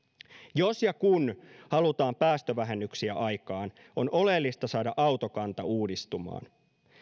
jos ja kun halutaan päästövähennyksiä aikaan on oleellista saada autokanta uudistumaan